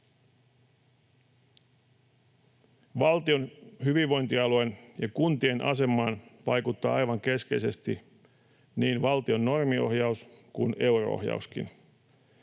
Valtion, hyvinvointialueen ja kuntien asemaan vaikuttaa aivan keskeisesti niin valtion normiohjaus kuin euro-ohjauskin.